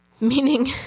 meaning